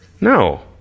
No